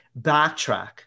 backtrack